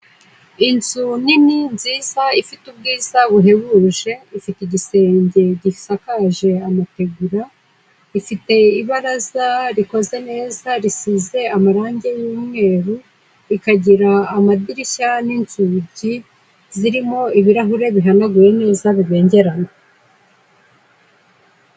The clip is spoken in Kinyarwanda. Inzu nini nziza ifite ubwiza buhebuje, ifite igisenge gisakaje amategura, ifite ibaraza rikoze neza risize amarangi y'umweru, ikagira amadirishya n'inzugi zirimo ibirahure bihanaguye neza bibengerana.